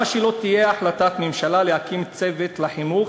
למה שלא תהיה החלטת ממשלה להקים צוות לחינוך,